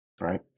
right